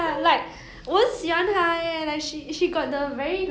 你喜欢 elizabeth gillies or the character she played which is